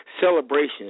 celebrations